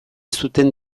zuten